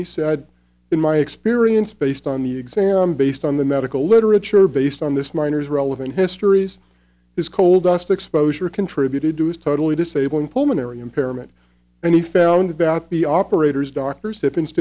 he said in my experience based on the exam based on the medical literature based on this miner's relevant histories his coal dust exposure contributed to his totally disabling pulmonary impairment and he found that the operators doctors